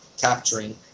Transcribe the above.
capturing